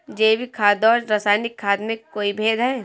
जैविक खाद और रासायनिक खाद में कोई भेद है?